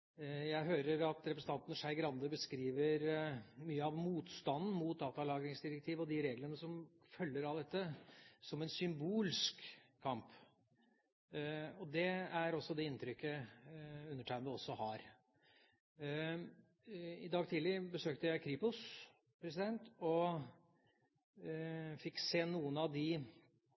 Jeg hører at representanten Skei Grande beskriver mye av motstanden mot datalagringsdirektivet og de reglene som følger av dette, som en symbolsk kamp, og det er også det inntrykket undertegnede har. I dag tidlig besøkte jeg Kripos og fikk se noe av den groveste formen for kriminalitet som brukes bl.a. i de